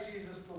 Jesus